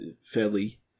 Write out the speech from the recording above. fairly